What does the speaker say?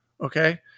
okay